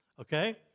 okay